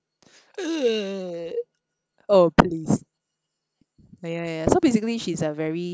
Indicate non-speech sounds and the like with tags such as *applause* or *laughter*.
*noise* oh please ah ya ya ya so basically she's a very